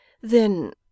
Then